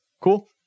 cool